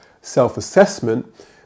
self-assessment